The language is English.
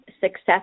success